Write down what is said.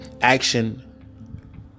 action